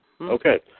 Okay